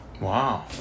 Wow